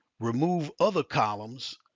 remove other columns.